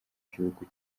gihugu